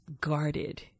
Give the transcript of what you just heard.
guarded